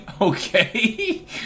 Okay